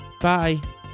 Bye